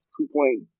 two-point